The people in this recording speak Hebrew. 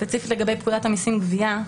ספציפית לגבי פקודת המסים גבייה,